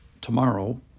tomorrow